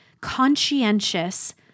conscientious